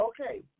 okay